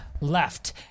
left